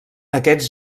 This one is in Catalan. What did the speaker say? aquests